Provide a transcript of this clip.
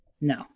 No